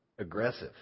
aggressive